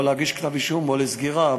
או להגיש כתב-אישום או לסגירה,